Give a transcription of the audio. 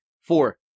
Four